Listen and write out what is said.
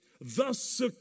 Thus